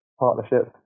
partnership